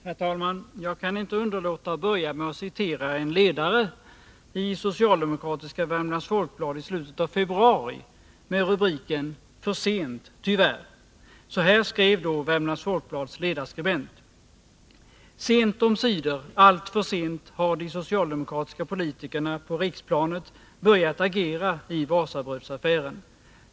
Herr talman! Jag kan inte underlåta att börja med att citera en ledare i socialdemokratiska Värmlands Folkblad i slutet av februari med rubriken ”För sent, tyvärr”. Så här skrev då Värmlands Folkblads ledarskribent: ”Sent omsider, alltför sent, har de socialdemokratiska politikerna på riksplanet börjat agera i Wasabröds-affären.